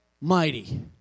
mighty